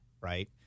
right